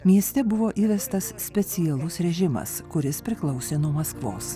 mieste buvo įvestas specialus režimas kuris priklausė nuo maskvos